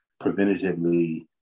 preventatively